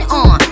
on